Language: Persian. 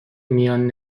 میان